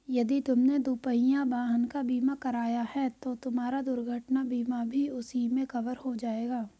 यदि तुमने दुपहिया वाहन का बीमा कराया है तो तुम्हारा दुर्घटना बीमा भी उसी में कवर हो जाएगा